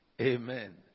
Amen